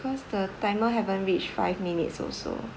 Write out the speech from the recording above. cause the timer haven't reach five minutes also